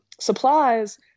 supplies